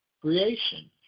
creation